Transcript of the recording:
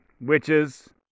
witches